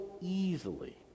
easily